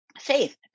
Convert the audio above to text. faith